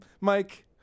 Mike